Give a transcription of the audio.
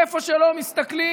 איפה שלא מסתכלים,